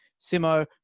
Simo